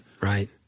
Right